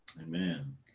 Amen